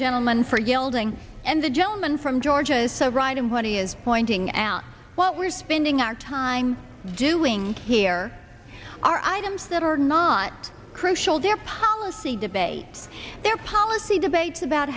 gentleman for yielding and the gentleman from georgia so right in what he is pointing out what we're spending our time doing here are items that are not crucial their policy debates their policy debates about